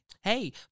hey